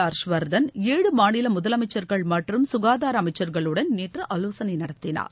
ஹர்ஷ்வர்தன் ஏழு மாநில முதலமைச்சர்கள் மற்றும் ககாதார அமைச்சர்களுடன் நேற்று ஆவோசனை நடத்தினார்